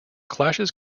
clashes